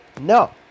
no